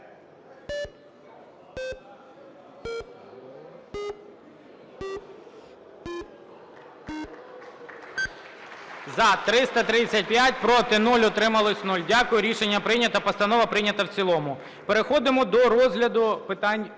За-335 Проти – 0, утрималися – 0. Дякую. Рішення прийнято. Постанова прийнята в цілому. Переходимо до розгляду інших